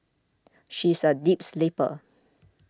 she's a deep sleeper